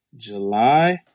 July